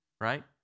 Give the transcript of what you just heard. right